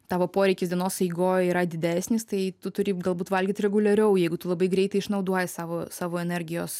tavo poreikis dienos eigoj yra didesnis tai tu turi galbūt valgyt reguliariau o jeigu tu labai greitai išnaudoji savo savo energijos